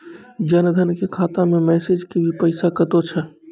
जन धन के खाता मैं मैसेज के भी पैसा कतो छ?